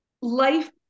life